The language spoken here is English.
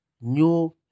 new